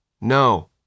No